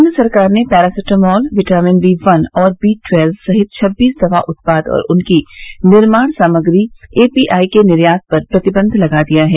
केन्द्र सरकार ने पैरासिटामॉल विटामिन बी वन और बी टवेल्व सहित छब्बीस दवा उत्पाद और उनकी निर्माण सामग्री ए पी आई के निर्यात पर प्रतिबंध लगा दिया है